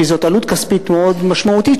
כי זו עלות כספית מאוד משמעותית,